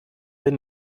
will